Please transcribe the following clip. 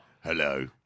Hello